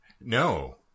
No